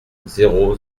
zéro